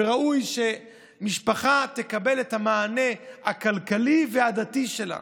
וראוי שמשפחה תקבל את המענה הכלכלי והדתי שלה.